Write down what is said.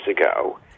ago